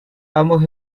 ambos